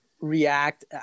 react